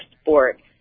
sport